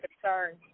concern